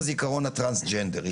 הטרנסג'נדרי